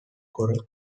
goryeo